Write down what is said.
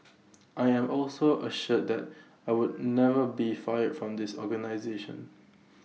I am also assured that I would never be fired from this organisation